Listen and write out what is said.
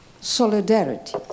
solidarity